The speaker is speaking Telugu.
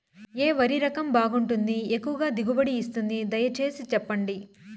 ఏ వరి రకం బాగుంటుంది, ఎక్కువగా దిగుబడి ఇస్తుంది దయసేసి చెప్పండి?